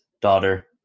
daughter